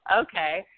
okay